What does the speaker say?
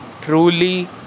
truly